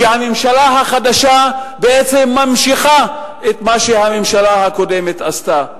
שהממשלה החדשה בעצם ממשיכה את מה שהממשלה קודמת עשתה.